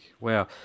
Wow